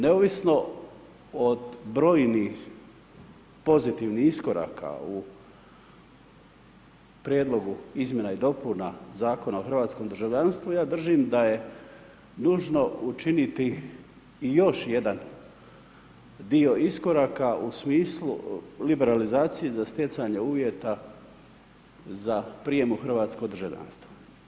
Neovisno od brojnih pozitivnih iskoraka u prijedlogu izmjene i dopuna Zakona o hrvatskom državljanstvu, ja dražim da je nužno učiniti i još jedan dio iskoraka u smislu liberalizacije za stjecanje uvjeta, za prijam u hrvatsko državljanstvo.